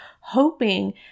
hoping